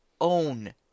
own